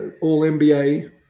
All-NBA